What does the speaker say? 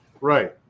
Right